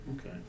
Okay